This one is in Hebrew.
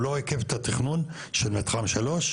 הוא לא עיכב את התכנון של מתחם 3,